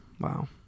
Wow